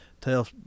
tell